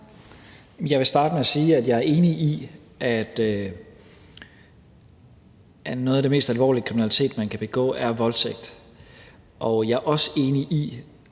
Jeg vil starte med at sige, at jeg er enig i, at noget af den mest alvorlige kriminalitet, man kan begå, er voldtægt, og jeg er, som jeg